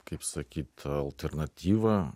kaip sakyt alternatyvą